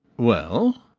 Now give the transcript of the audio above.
well?